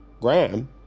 Graham